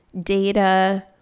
data